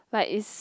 like is